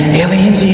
alien